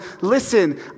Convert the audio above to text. listen